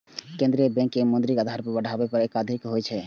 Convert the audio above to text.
केंद्रीय बैंक के मौद्रिक आधार बढ़ाबै पर एकाधिकार होइ छै